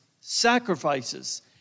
sacrifices